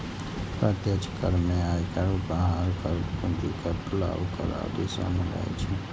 प्रत्यक्ष कर मे आयकर, उपहार कर, पूंजीगत लाभ कर आदि शामिल रहै छै